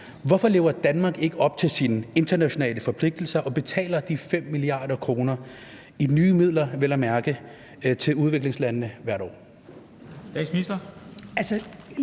Hvorfor lever Danmark ikke op til sine internationale forpligtelser og betaler de 5 mia. kr., i nye midler vel at mærke, til udviklingslandene hvert år?